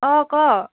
অঁ ক